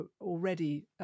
already